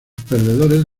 perdedores